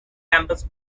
campus